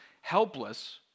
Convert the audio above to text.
helpless